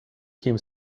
him